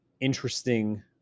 interesting